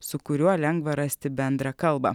su kuriuo lengva rasti bendrą kalbą